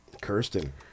Kirsten